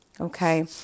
Okay